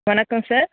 வணக்கம் சார்